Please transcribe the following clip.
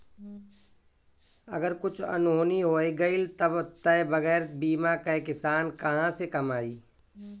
अगर कुछु अनहोनी हो गइल तब तअ बगैर बीमा कअ किसान कहां से कमाई